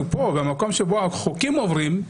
במקום בו החוקים עוברים,